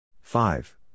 five